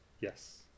Yes